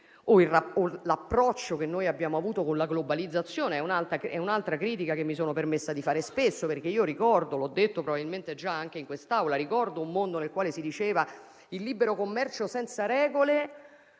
l'approccio che abbiamo avuto con la globalizzazione, che è un'altra critica che mi sono permessa di fare spesso. L'ho detto probabilmente già anche in quest'Aula: ricordo un mondo nel quale si diceva che il libero commercio senza regole